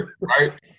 Right